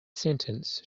sentence